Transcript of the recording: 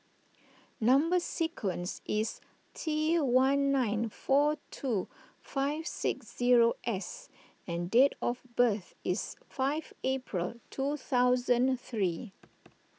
Number Sequence is T one nine four two five six zero S and date of birth is five April two thousand three